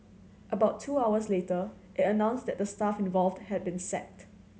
about two hours later it announced that the staff involved had been sacked